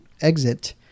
exit